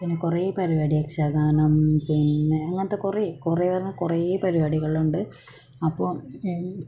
പിന്നെ കുറേ പരിപാടി യക്ഷഗാനം പിന്നെ അങ്ങനത്തെ കുറേ കുറേ എന്ന് പറഞ്ഞാൽ കുറേ പരിപാടികളുണ്ട് അപ്പോൾ